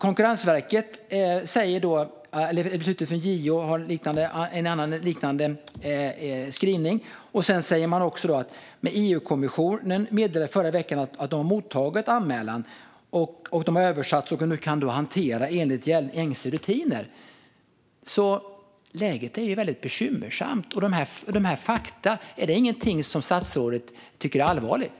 Konkurrensverket hänvisar till JO, som har en liknande skrivning. Sedan säger Konkurrensverket att EU-kommissionen i förra veckan meddelade att man har mottagit anmälan, att den har översatts och nu kan hanteras enligt gängse rutiner. Läget är alltså väldigt bekymmersamt. Är dessa fakta inget som statsrådet tycker är allvarligt?